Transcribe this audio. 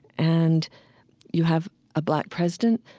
and you have a black president.